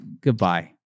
Goodbye